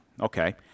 Okay